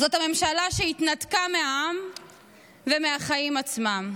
זאת הממשלה שהתנתקה מהעם ומהחיים עצמם.